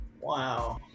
Wow